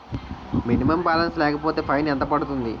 Minimum balance లేకపోతే fine ఎంత పడుతుంది?